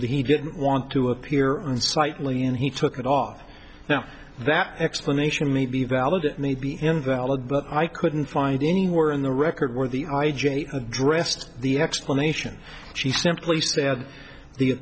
he didn't want to appear and slightly and he took it off now that explanation may be valid it may be invalid but i couldn't find anywhere in the record where the i addressed the explanation she